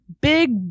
big